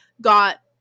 got